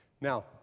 Now